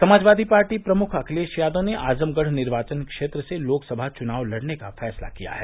Samajwadi party प्रमुख अखिलेश यादव ने आजमगढ़ निर्वाचन क्षेत्र से लोकसभा चुनाव लड़ने का फैसला किया है